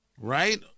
Right